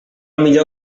millor